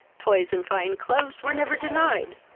toys and fine clothes were never denied,